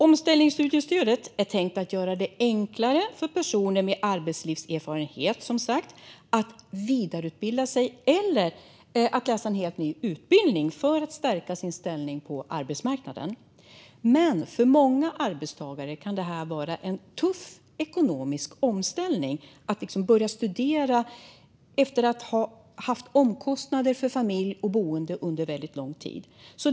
Omställningsstudiestödet är tänkt att göra det enklare för personer med arbetslivserfarenhet att vidareutbilda sig eller läsa en helt ny utbildning för att stärka sin ställning på arbetsmarknaden. För många arbetstagare kan det dock vara en tuff ekonomisk omställning att börja studera efter att ha haft omkostnader för familj och boende under väldigt lång tid.